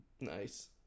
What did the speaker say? Nice